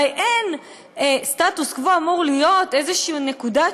הרי סטטוס-קוו אמור להיות איזו נקודת